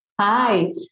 Hi